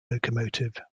locomotive